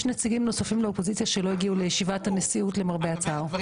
יש נציגים נוספים לאופוזיציה שלא הגיעו לישיבת הנשיאות למרבה הצער.